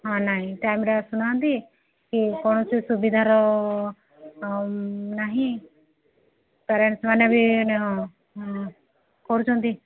ହଁ ନାଇଁ ଟାଇମରେେ ଆସୁନାହାନ୍ତି କି କୌଣସି ସୁବିଧାର ନାହିଁ ପ୍ୟାରେଣ୍ଟସ୍ମାନେ ବି କରୁଛନ୍ତି